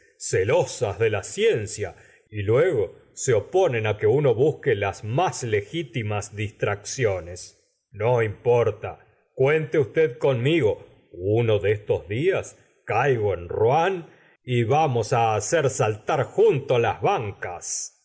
celosas de la cien cia y luego se oponen á que uno busque las más legitimas distracciones no importa cuente usted conmigo uno de estos dias caigo en rouen y vamos á hacer saltar juntos las bancas el